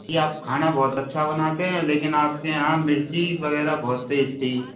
जी आप खाना बहुत अच्छा बनाते हैं लेकिन आपके यहाँ मिर्ची वैग़ैरह बहुत तेज़ थी